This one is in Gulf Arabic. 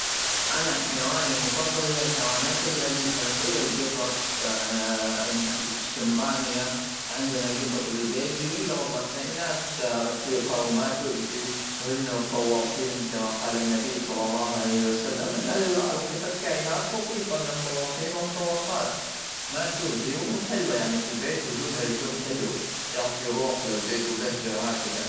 انا حيواني المفضل هي الحيوانات الاليفه زي القطط الشمبانيا عندنا قطط بالبيت جميله والله كائنات رقيقه وما تؤذي وهي من الطوافين كما قال النبي صلى الله عليه وسلم من القطط كائنات لطيفه من الطوافين والطوافات ما تذيع حلوه يعني في البيت وجودها يكون حلو يعطي روح للبيت وبهجه هكذا